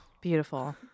beautiful